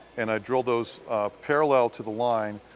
and i drilled those parallel to the line,